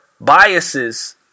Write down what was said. biases